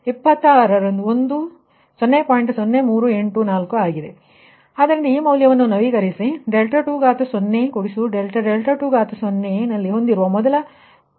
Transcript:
0384 ಸರಿ ಆದ್ದರಿಂದ ಈ ಮೌಲ್ಯವನ್ನು ನವೀಕರಿಸಿ 2∆2 ನಲ್ಲಿ ಹೊಂದಿರುವ ಮೊದಲ ಪುನರಾವರ್ತನೆಯಾಗಿದೆ